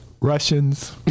Russians